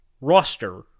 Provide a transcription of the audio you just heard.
roster